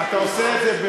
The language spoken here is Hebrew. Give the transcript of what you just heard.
אתה עושה את זה,